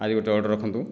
ଆହୁରି ଗୋଟିଏ ଅର୍ଡ଼ର ରଖନ୍ତୁ